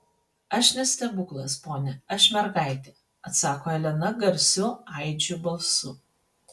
aš ne stebuklas pone aš mergaitė atsako elena garsiu aidžiu balsu